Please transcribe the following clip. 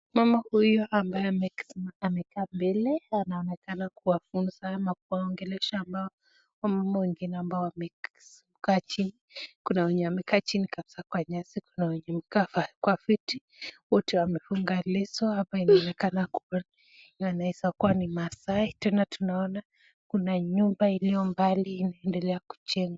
Mama huyu ambay amesimama amekaa mbele, anaonekana kuwafunza ama kuwaongelesha wamama wengine ambao wamekaa chini, kuna wenye wamekaa chini kabisaa kwa nyasi, kuna wenye wamekaa kwa viti, wote wamefunga leo, wanaonekana wanaeza kuwa ni maasai na tunaona kuna nyumba iliyo mbali inaendelea kujengwa.